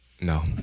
No